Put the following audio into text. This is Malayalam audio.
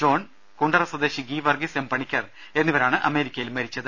ജോൺ കുണ്ടറ സ്വദേശി ഗീവർഗീസ് എം പണിക്കർ എന്നിവരാണ് അമേരിക്കയിൽ മരിച്ചത്